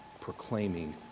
proclaiming